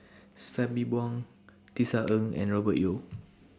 Sabri Buang Tisa Ng and Robert Yeo